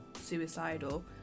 suicidal